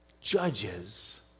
judges